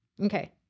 Okay